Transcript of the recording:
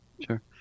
Sure